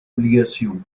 obligations